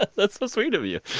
that's so sweet of you